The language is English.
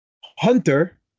Hunter